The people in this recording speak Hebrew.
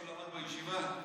זה מה שהוא למד בישיבה?